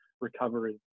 recovery